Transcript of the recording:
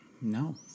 No